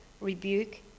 rebuke